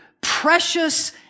precious